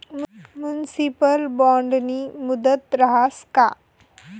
Municipal बॉन्डनी मुदत रहास का?